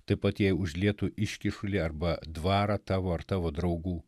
taip pat jei užlietų iškyšulį arba dvarą tavo ar tavo draugų